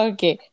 Okay